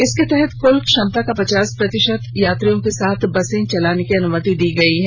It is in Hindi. इसके तहत कल क्षमता का पचास प्रतिशत यात्रियों के साथ बसे चलाने की अनुमति दी गई है